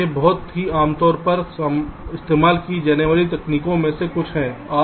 ये बहुत ही आमतौर पर इस्तेमाल की जाने वाली तकनीकों में से कुछ हैं